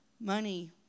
money